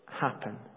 happen